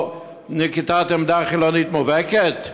לא נקיטת עמדה חילונית מובהקת?